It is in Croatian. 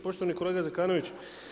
Poštovani kolega Zekanović.